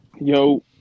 Yo